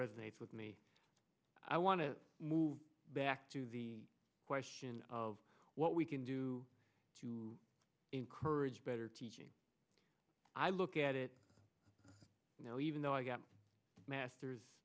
resonates with me i want to move back to the question of what we can do to encourage better teaching i look at it now even though i got a masters